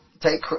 take